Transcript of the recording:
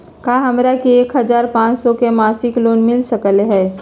का हमरा के एक हजार पाँच सौ के मासिक लोन मिल सकलई ह?